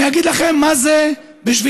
אני אגיד לכם מה זה בשבילי: